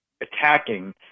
attacking